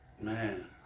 Man